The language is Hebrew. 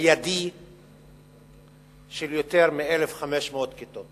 מיידי של יותר מ-1,500 כיתות.